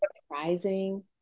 surprising